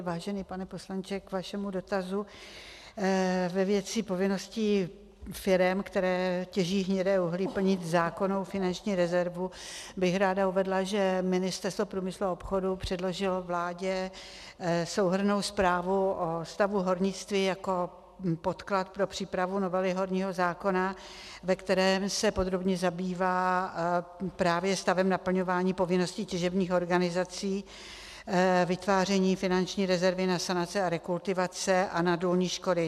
Vážený pane poslanče, k vašemu dotazu ve věci povinností firem, které těží hnědé uhlí, plnit zákonnou finanční rezervu, bych ráda uvedla, že Ministerstvo průmyslu a obchodu předložilo vládě souhrnnou zprávu o stavu hornictví jako podklad pro přípravu novely horního zákona, ve které se podrobně zabývá právě stavem naplňování povinností těžebních organizací, vytváření finanční rezervy na sanace a rekultivace a na důlní škody.